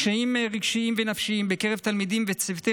קשיים רגשיים ונפשיים בקרב תלמידים וצוותי